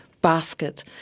basket